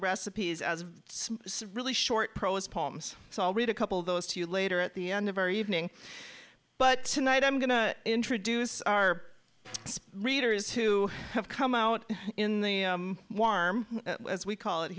the recipes as a really short prose poems so i'll read a couple of those to you later at the end of our evening but tonight i'm going to introduce our readers who have come out in the warm as we call it